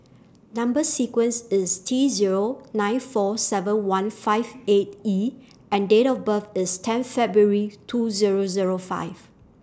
Number sequence IS T Zero nine four seven one five eight E and Date of birth IS ten February two Zero Zero five